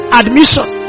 admission